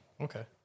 Okay